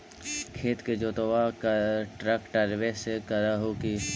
खेत के जोतबा ट्रकटर्बे से कर हू की?